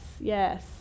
yes